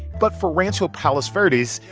but for rancho palos verdes, so